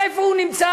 איפה הוא נמצא?